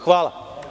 Hvala.